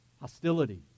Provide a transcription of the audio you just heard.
hostility